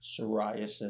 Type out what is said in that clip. psoriasis